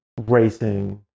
racing